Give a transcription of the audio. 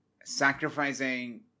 sacrificing